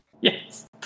Yes